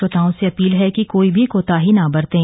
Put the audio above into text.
श्रोताओं से अपील है कि कोई भी कोताही न बरतें